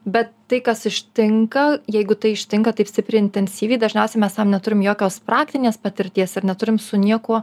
bet tai kas ištinka jeigu tai ištinka taip stipriai intensyviai dažniausiai mes tam neturim jokios praktinės patirties ir neturim su niekuo